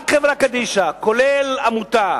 רק חברה קדישא, כולל עמותה,